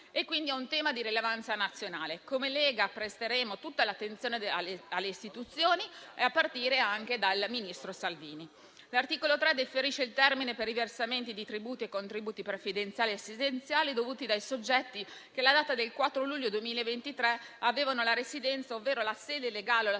quindi di un tema di rilevanza nazionale. Come Lega presteremo tutta l'attenzione alle istituzioni, a partire dal ministro Salvini. L'articolo 3 differisce il termine per i versamenti di tributi e contributi previdenziali e assistenziali dovuti dai soggetti che alla data del 4 luglio 2023 avevano la residenza, ovvero la sede legale o la